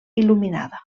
il·luminada